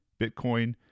bitcoin